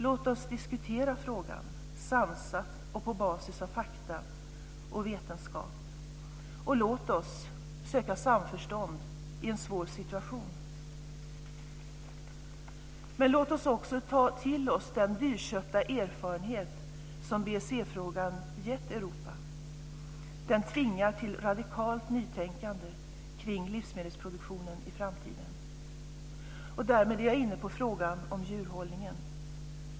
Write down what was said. Låt oss diskutera frågan sansat och på basis av fakta och vetenskap. Och låt oss söka samförstånd i en svår situation. Men låt oss också ta till oss den dyrköpta erfarenhet som BSE-frågan gett Europa. Den tvingar till radikalt nytänkande kring livsmedelsproduktionen i framtiden. Därmed är jag inne på frågan om djurhållningen.